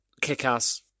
Kick-Ass